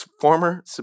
Former